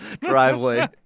driveway